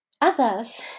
others